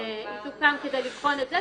היא תוקם כדי לבחון את זה,